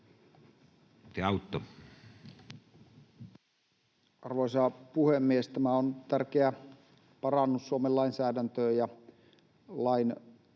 Arvoisa puhemies! Tämä on tärkeä parannus Suomen lainsäädäntöön, ja